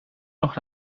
noch